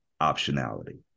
optionality